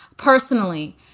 Personally